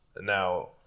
Now